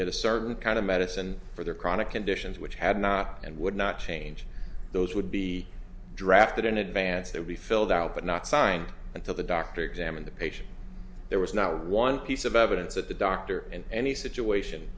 get a certain kind of medicine for their chronic conditions which had not and would not change those would be drafted in advance that we filled out but not signed until the doctor examine the patient there was not one piece of evidence that the doctor in any situation